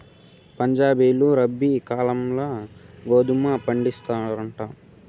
పంజాబీలు రబీ కాలంల గోధుమ పండిస్తారంట